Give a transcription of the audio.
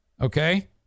Okay